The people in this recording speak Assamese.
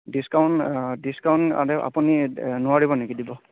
ডিছ্কাউণ্ট ডিছ্কাউণ্ট আপুনি নোৱাৰিব নেকি দিব